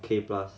K plus